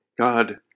God